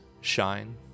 shine